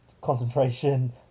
concentration